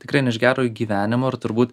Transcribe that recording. tikrai ne iš gero gyvenimo ar turbūt